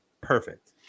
perfect